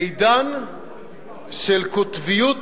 בעידן של קוטביות